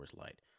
Light